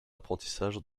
apprentissage